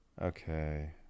Okay